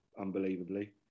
unbelievably